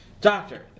Doctor